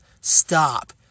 Stop